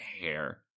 hair